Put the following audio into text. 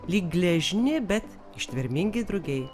lyg gležni bet ištvermingi drugiai